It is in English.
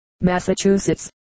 Massachusetts